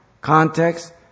context